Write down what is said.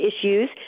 issues